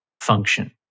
function